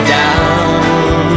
down